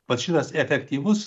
vat šitas efektyvus